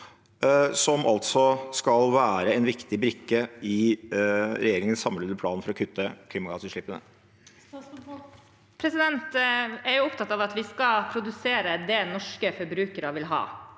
som altså skal være en viktig brikke i regjeringens samlede plan for å kutte klimagassutslippene?